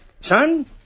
Son